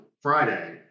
Friday